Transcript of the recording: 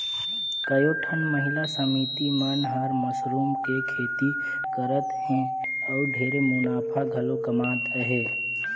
कयोठन महिला समिति मन हर मसरूम के खेती करत हें अउ ढेरे मुनाफा घलो कमात अहे